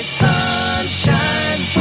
sunshine